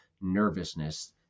nervousness